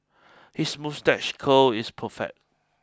his moustache curl is perfect